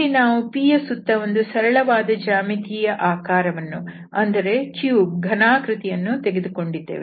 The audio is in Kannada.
ಇಲ್ಲಿ ನಾವು Pಯ ಸುತ್ತ ಒಂದು ಸರಳವಾದ ಜ್ಯಾಮಿತಿಯ ಆಕಾರವನ್ನು ಅಂದರೆ ಘನಾಕೃತಿ ಯನ್ನು ತೆಗೆದುಕೊಂಡಿದ್ದೇವೆ